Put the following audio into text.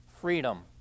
freedom